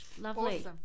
lovely